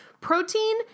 protein